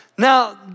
Now